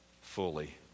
fully